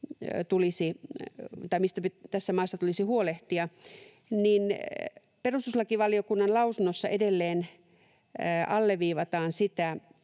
mistä tässä maassa tulisi huolehtia — niin perustuslakivaliokunnan lausunnossa edelleen alleviivataan sitä,